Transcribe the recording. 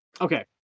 okay